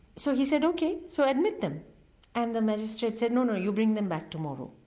so he said ok so admit them and the magistrate said no, no you bring them back tomorrow.